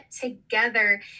together